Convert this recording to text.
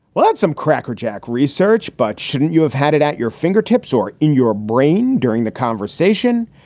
well, that's some cracker jack research. but shouldn't you have had it at your fingertips or in your brain during the conversation?